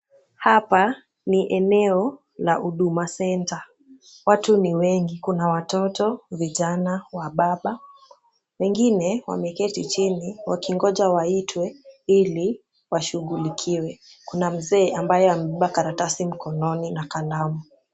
Hapa ni eneo la Huduma centre . Watu ni wengi. Kuna watoto, vijana, wababa. Wengine wameketi chini wakingoja waitwe ili washughulikiwe. Kuna mzee ambaye amebeba karatasi mokononi na kalamu.